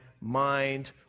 mind